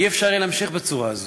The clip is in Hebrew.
אי-אפשר יהיה להמשיך בצורה הזאת.